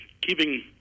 keeping